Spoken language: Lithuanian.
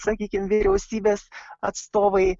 sakykim vyriausybės atstovai